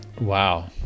Wow